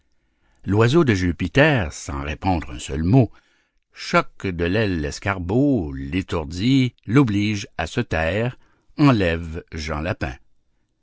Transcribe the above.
l'oiseau de jupiter sans répondre un seul mot choque de l'aile l'escarbot l'étourdit l'oblige à se taire enlève jean lapin